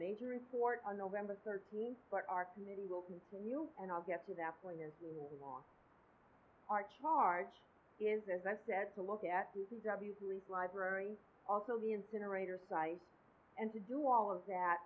major report on november thirteenth but our committee will continue and i'll get to that point is we lost our charge is as i said to look at the library also the incinerator site and to do all of that